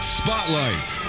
spotlight